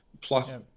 Plus